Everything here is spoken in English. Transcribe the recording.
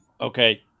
Okay